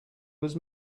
was